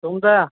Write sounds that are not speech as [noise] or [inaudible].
[unintelligible]